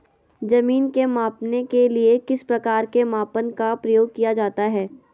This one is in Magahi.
जमीन के मापने के लिए किस प्रकार के मापन का प्रयोग किया जाता है?